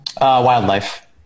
wildlife